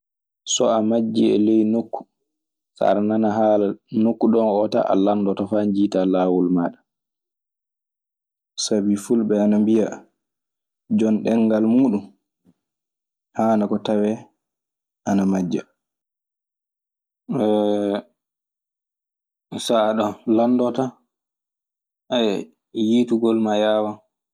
So a majjii e ley nokku, so aɗe haala nokku ɗon oo tan, a lanndoto faa njiitaa laawol maaɗa. Sabi fulɓe ana mbiya "jon ɗengal muuɗun, haanaa ko tawee ana majja.". So aɗa landoo tan, yiitugol maa yaawan.